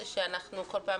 זה שאנחנו כל פעם